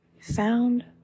found